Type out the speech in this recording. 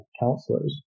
counselors